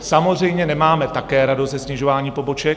Samozřejmě nemáme také radost ze snižování poboček.